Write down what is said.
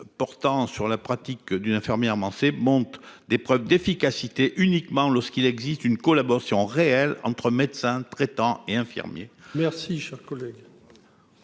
portant sur la pratique d'une infirmière Manser monte des preuves d'efficacité uniquement lorsqu'il existe une collaboration réelle entre médecins traitants et infirmiers. Merci cher collègue.